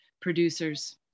producers